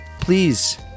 Please